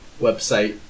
website